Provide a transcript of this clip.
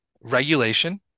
regulation